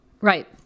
Right